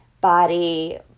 body